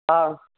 ஆ